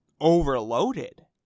overloaded